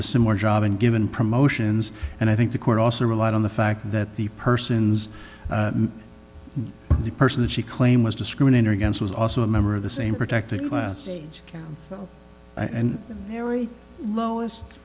the similar job and given promotions and i think the court also relied on the fact that the persons the person that she claim was discriminated against was also a member of the same protected class